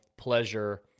pleasure